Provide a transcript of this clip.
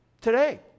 today